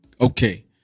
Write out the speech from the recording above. okay